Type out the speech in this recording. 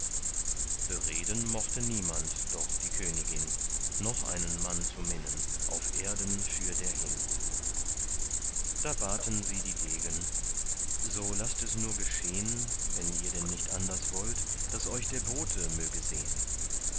bereden mochte niemand doch die königin noch einen mann zu minnen auf erden fürderhin da baten sie die degen so laßt es nur geschehn wenn ihr denn nicht anders wollt daß euch der bote möge sehn